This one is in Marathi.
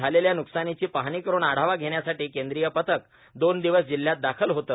झालेल्या न्कसानीची पाहणी करून आढावा घेण्यासाठी केंद्रीय पथक दोन दिवस जिल्ह्यात दाखल होते